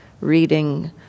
Reading